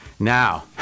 Now